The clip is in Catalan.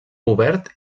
obert